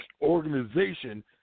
organization